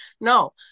No